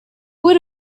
would